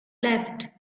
left